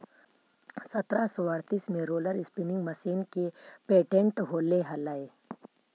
सत्रह सौ अड़तीस में रोलर स्पीनिंग मशीन के पेटेंट होले हलई